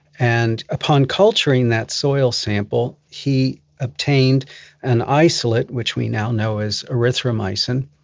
and upon culturing that soil sample he obtained an isolate which we now know as erythromycin.